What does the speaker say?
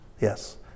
Yes